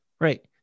Right